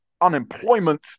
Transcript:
unemployment